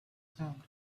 sound